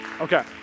Okay